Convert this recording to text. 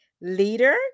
leader